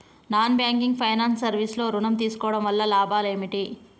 Non banking finance service లో ఋణం తీసుకోవడం వల్ల లాభాలు ఏమిటి?